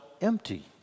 empty